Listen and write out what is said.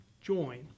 join